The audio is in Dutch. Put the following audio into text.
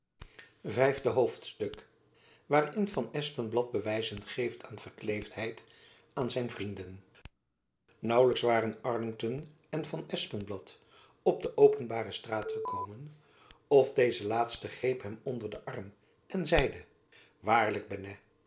vijfde hoofdstuk waarin van espenblad bewijzen geeft van verkleefdheid aan zijn vrienden naauwelijks waren arlington en van espenblad op de openbare straat gekomen of deze laatste greep hem onder den arm en zeide waarlijk bennet